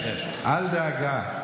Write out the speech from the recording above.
אל דאגה.